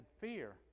fear